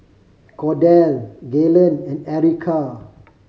Cordell Gaylen and Erica